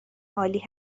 عالی